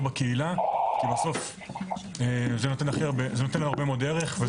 בקהילה כי בסוף זה נותן הרבה מאוד ערך.